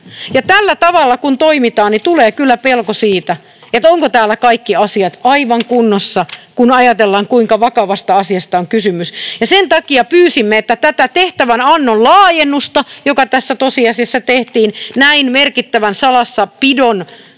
tällä tavalla kun toimitaan, niin tulee kyllä pelko siitä, ovatko täällä kaikki asiat aivan kunnossa, kun ajatellaan, kuinka vakavasta asiasta on kysymys. Tätä tehtävänannon laajennusta, joka tässä tosiasiassa tehtiin näin merkittävän salassapidon